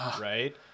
right